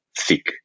thick